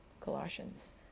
Colossians